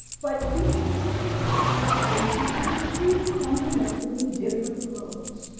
but we can simplify its operation into two fundamentally different modes.